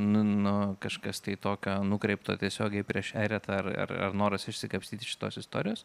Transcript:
nu nu kažkas tai tokio nukreipta tiesiogiai prieš eretą ar ar noras išsikapstyti iš tos istorijos